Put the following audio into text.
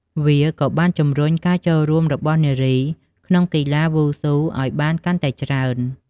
វាក៏បានជំរុញការចូលរួមរបស់នារីក្នុងកីឡាវ៉ូស៊ូឲ្យបានកាន់តែច្រើន។